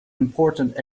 important